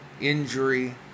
injury